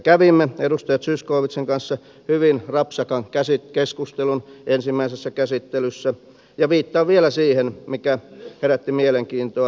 kävimme edustaja zyskowiczin kanssa hyvin rapsakan keskustelun ensimmäisessä käsittelyssä ja viittaan vielä siihen mikä herätti mielenkiintoa